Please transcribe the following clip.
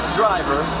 driver